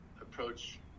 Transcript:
approach